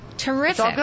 Terrific